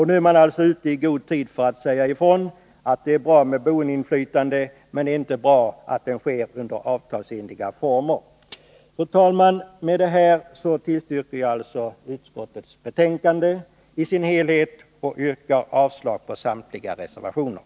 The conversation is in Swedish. Nu är alltså moderaterna ute i god tid för att säga ifrån att det är bra med boinflytande — men det är inte bra att det sker under avtalsenliga former. Fru talman! Med det anförda yrkar jag bifall till utskottets hemställan i dess helhet och avslag på samtliga reservationer.